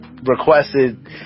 Requested